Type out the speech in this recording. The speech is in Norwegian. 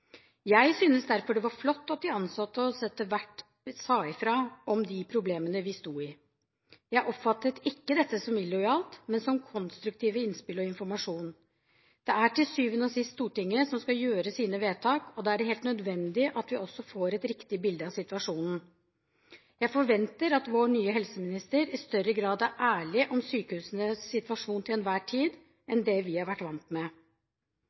Jeg syntes derfor det var flott at de ansatte også etter hvert sa fra om de problemene de sto i. Jeg oppfattet ikke dette som illojalt, men som konstruktive innspill og informasjon. Det er til syvende og sist Stortinget som skal fatte sine vedtak, og da er det helt nødvendig at vi også får et riktig bilde av situasjonen. Jeg forventer at vår nye helseminister i større grad er ærlig om sykehusenes situasjon til enhver tid enn det vi har vært vant